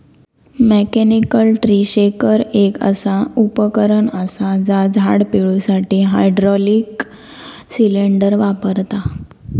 mechanical tree shaker एक असा उपकरण असा जा झाड पिळुसाठी हायड्रॉलिक सिलेंडर वापरता